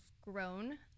grown